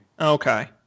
okay